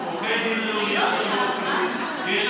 עורכי דין, יש הקלות.